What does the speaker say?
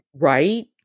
right